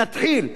נתחיל.